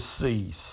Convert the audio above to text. cease